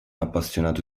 appassionato